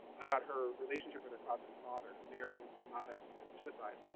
about her relationship with her closeted father who may or may not have committed suicide,